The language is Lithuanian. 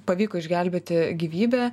pavyko išgelbėti gyvybę